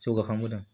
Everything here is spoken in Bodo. जौगाखांबोदों